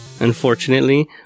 unfortunately